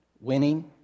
Winning